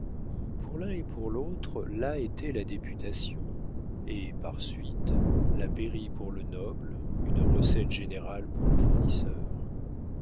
pour l'un et pour l'autre là était la députation et par suite la pairie pour le noble une recette générale pour le fournisseur